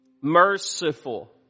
merciful